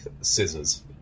scissors